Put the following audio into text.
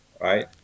right